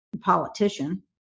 politician